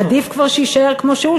עדיף כבר שיישאר כמו שהוא,